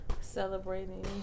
Celebrating